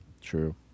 True